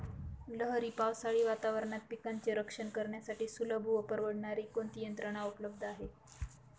लहरी पावसाळी वातावरणात पिकांचे रक्षण करण्यासाठी सुलभ व परवडणारी कोणती यंत्रणा उपलब्ध आहे?